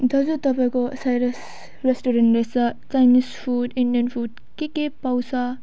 दाजु तपाईँको Cyrus restaurant रहेछ चाइनिस फुड इन्डियन फुड के के पाउँछ